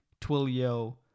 Twilio